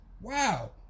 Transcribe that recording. Wow